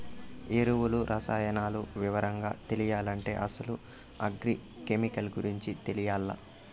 ఎరువులు, రసాయనాలు వివరంగా తెలియాలంటే అసలు అగ్రి కెమికల్ గురించి తెలియాల్ల